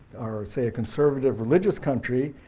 are, say, a conservative religious country,